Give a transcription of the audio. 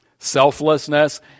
Selflessness